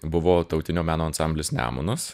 buvo tautinio meno ansamblis nemunas